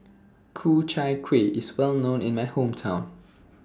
Ku Chai Kueh IS Well known in My Hometown